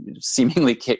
seemingly